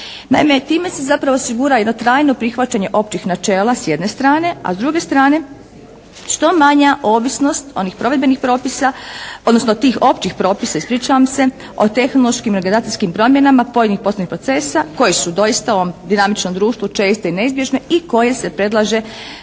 time se zapravo osigurava jedno trajno prihvaćanje općih načela s jedne strane, a s druge strane što manja ovisnost onih provedbenih propisa, odnosno tih općih propisa, ispričavam se, od tehnološkim i organizacijskim promjenama pojedinih …/Govornica se ne razumije./… koji su doista u ovom dinamičnom društvu česte i neizbježne i koje se predlaže